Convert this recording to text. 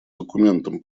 документом